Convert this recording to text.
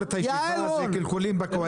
יעל רון, בבקשה.